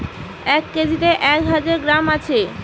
এক কেজিতে এক হাজার গ্রাম আছে